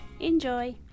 enjoy